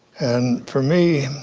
and for me,